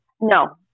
No